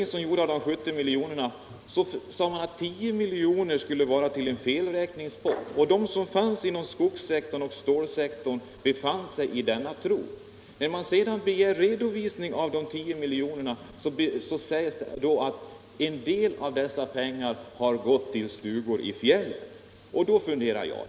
Vid fördelningen av de 70 miljonerna avsattes 10 miljoner till en felräkningspott, och de som arbetar inom stålsektorn och skogssektorn trodde att dessa 10 miljoner fanns i reserv. När de sedan begärde redovisning sades det att en del av dessa pengar gått till stugor i fjällen.